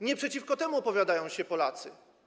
Nie przeciwko temu opowiadają się Polacy.